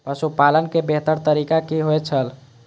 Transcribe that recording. पशुपालन के बेहतर तरीका की होय छल?